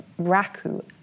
raku